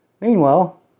Meanwhile